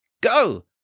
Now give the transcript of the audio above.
go